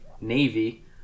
Navy